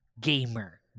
gamer